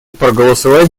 проголосовать